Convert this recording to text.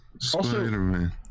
Spider-Man